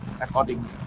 according